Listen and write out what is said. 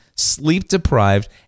sleep-deprived